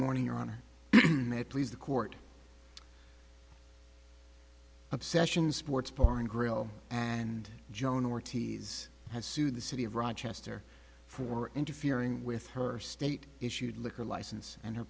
morning your honor please the court of session sports bar and grill and joan ortiz has sued the city of rochester for interfering with her state issued liquor license and her